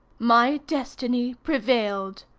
my destiny prevailed.